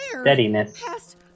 steadiness